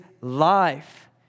life